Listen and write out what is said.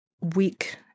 week